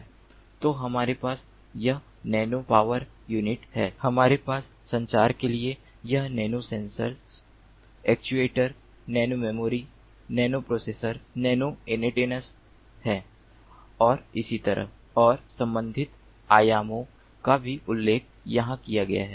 तो हमारे पास यह नैनोपॉवर यूनिट है हमारे पास संचार के लिए यह nanosensors actuators nanomemory nanoprocessor nanoantennas है और इसी तरह और संबंधित आयामों का भी उल्लेख यहां किया गया है